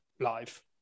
live